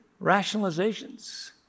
rationalizations